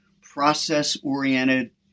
process-oriented